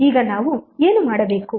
ಈಗ ನಾವು ಏನು ಮಾಡಬೇಕು